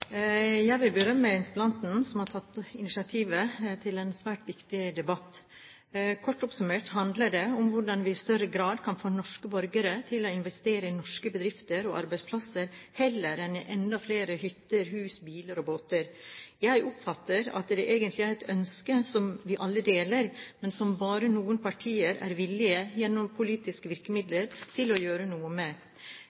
Jeg vil berømme interpellanten som har tatt initiativet til en svært viktig debatt. Kort oppsummert handler det om hvordan vi i større grad kan få norske borgere til å investere i norske bedrifter og arbeidsplasser heller enn i enda flere hytter, hus, biler og båter. Jeg oppfatter at det egentlig er et ønske som vi alle deler, men som bare noen partier er villige, gjennom politiske